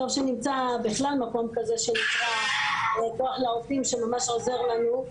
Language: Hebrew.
טוב שנמצא בכלל מקום כזה שנקרא כוח לעובדים שממש עוזר לנו.